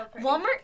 walmart